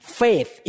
faith